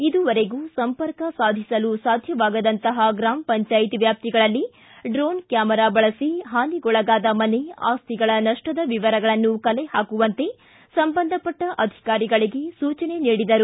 ಇದುವರೆಗೂ ಸಂಪರ್ಕ ಸಾಧಿಸಲು ಸಾಧ್ಜವಾಗದಂತಪ ಗ್ರಾಮ ಪಂಜಾಯತ್ ವ್ಯಾಪ್ತಿಗಳಲ್ಲಿ ಡ್ರೋಣ್ ಕ್ವಾಮರಾ ಬಳಸಿ ಪಾನಿಗೊಳಗಾದ ಮನೆ ಆಸ್ತಿಗಳ ನಷ್ಟದ ವಿವರಗಳನ್ನು ಕಲೆ ಪಾಕುವಂತೆ ಸಂಬಂಧಪಟ್ಟ ಅಧಿಕಾರಿಗಳಿಗೆ ಸೂಚನೆ ನೀಡಿದರು